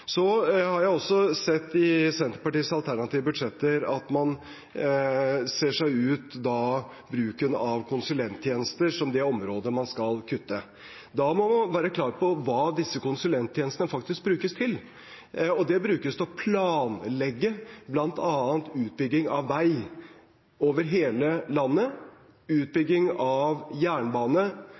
Så har jeg også sett i Senterpartiets alternative budsjetter at man ser seg ut bruken av konsulenttjenester som det området man skal kutte. Da må man være klar over hva disse konsulenttjenestene faktisk brukes til. De brukes til å planlegge bl.a. utbygging av vei over hele landet, utbygging av jernbane